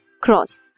cross